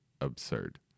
absurd